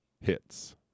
hits